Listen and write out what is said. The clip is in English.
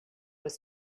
was